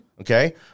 Okay